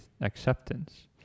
acceptance